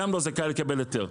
גם לא זכאי לקבל היתר.